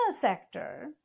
sector